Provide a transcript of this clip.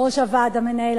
ראש הוועד המנהל,